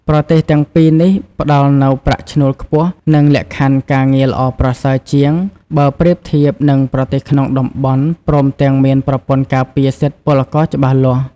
ប្រទេសទាំងពីរនេះផ្ដល់នូវប្រាក់ឈ្នួលខ្ពស់ និងលក្ខខណ្ឌការងារល្អប្រសើរជាង បើប្រៀបធៀបនឹងប្រទេសក្នុងតំបន់ ព្រមទាំងមានប្រព័ន្ធការពារសិទ្ធិពលករច្បាស់លាស់ ។